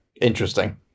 interesting